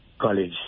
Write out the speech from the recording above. college